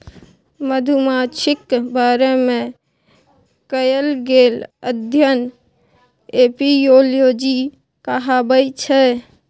मधुमाछीक बारे मे कएल गेल अध्ययन एपियोलाँजी कहाबै छै